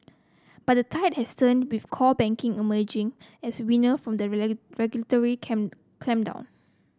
but the tide has turned with core banking emerging as winner from the regulatory clampdown